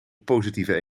positieve